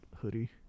hoodie